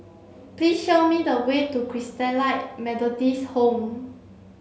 please show me the way to Christalite Methodist Home